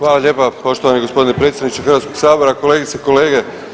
Hvala lijepa, poštovani gospodine predsjedniče Hrvatskog sabora, kolegice i kolege.